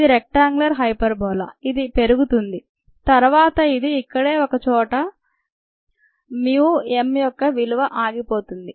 ఇది rectangular hyperbola ఇది పెరుగుతుంది తరువాత ఇది ఎక్కడో ఒక చోట mu m యొక్క విలువ ఆగిపోతుంది